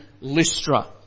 Lystra